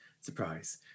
surprise